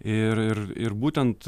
ir ir ir būtent